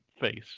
face